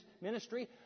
ministry